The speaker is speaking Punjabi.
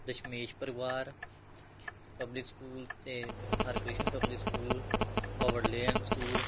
ਦਸ਼ਮੇਸ਼ ਪਰਿਵਾਰ ਪਬਲਿਕ ਸਕੂਲ ਅਤੇ Harkrishan public school Howard lane school